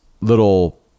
little